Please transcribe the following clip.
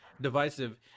divisive